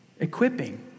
Equipping